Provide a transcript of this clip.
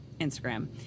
Instagram